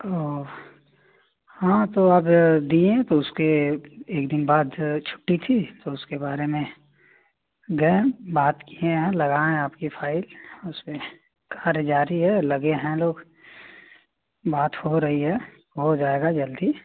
तो हाँ तो अब दिये तो उसके एक दिन बाद छुट्टी थी तो उसके बारे में गए बात किये हैं लगाए हैं आपकी फाइल उस पर कार्य जारी है लगे हैं लोग बात हो रही है हो जायेगा जल्दी